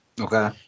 Okay